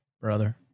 brother